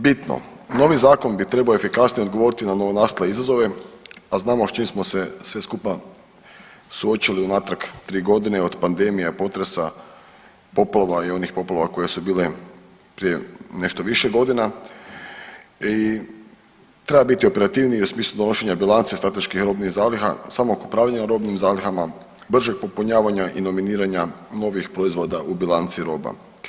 Bitno, novi zakon bi trebao efikasnije odgovoriti na novonastale izazove, a znamo s čim smo se sve skupa suočili unatrag 3 godine i od pandemije, potresa, poplava i onih poplava koje su bile nešto više godina i treba biti operativniji u smislu donošenja bilance strateških robnih zaliha, samog upravljanja robnih zalihama, bržeg popunjavanja i nominiranja novih proizvoda u bilanci roba.